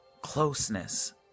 closeness